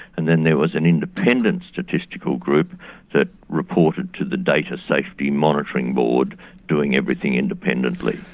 and then there was an independent statistical group that reported to the data safety monitoring board doing everything independently.